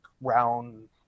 round